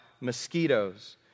mosquitoes